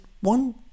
one